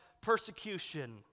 persecution